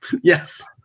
Yes